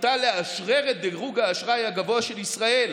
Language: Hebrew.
מחליטה לאשרר את דירוג האשראי הגבוה של ישראל,